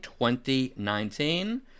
2019